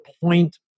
point